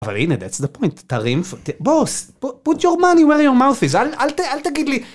אבל הנה, that's the point. תרים... בוס, put your money where your mouth is. אל תגיד לי...